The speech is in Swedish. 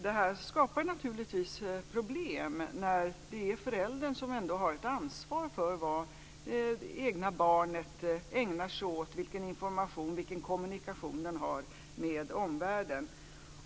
Detta skapar naturligtvis problem när det ändå är föräldern som har ett ansvar för vad det egna barnet ägnar sig åt, vilken information det får och vilken kommunikation det har med omvärlden.